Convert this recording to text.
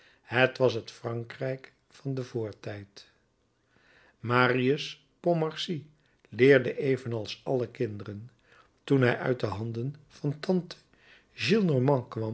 het was het frankrijk van den voortijd marius pontmercy leerde evenals alle kinderen toen hij uit de handen van tante